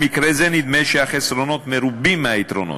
במקרה זה נדמה שהחסרונות מרובים מהיתרונות.